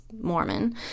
Mormon